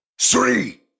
three